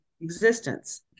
existence